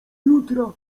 jutra